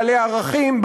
בעלי ערכים,